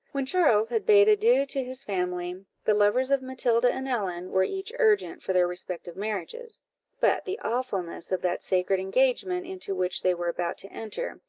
when charles had bade adieu to his family, the lovers of matilda and ellen were each urgent for their respective marriages but the awfulness of that sacred engagement into which they were about to enter,